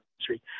country